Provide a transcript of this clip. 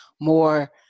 more